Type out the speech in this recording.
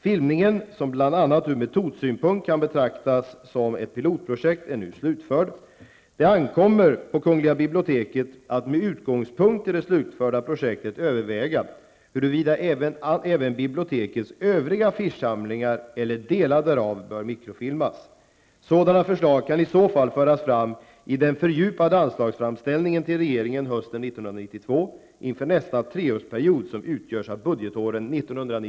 Filmningen, som bl.a. ur metodsynpunkt kan betraktas som ett pilotprojekt, är nu slutförd. Det ankommer på Kungl. biblioteket att med utgångspunkt i det slutförda projektet överväga huruvida även bibliotekets övriga affischsamlingar eller delar därav bör mikrofilmas. Sådana förslag kan i så fall föras fram i den fördjupade anslagsframställningen till regeringen hösten 1992 inför nästa treårsperiod, som utgörs av budgetåren